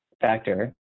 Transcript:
factor